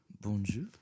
Bonjour